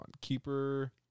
Keeper